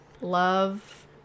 love